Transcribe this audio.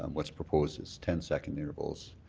and what's proposed is ten second intervals.